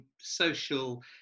social